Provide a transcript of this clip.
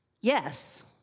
yes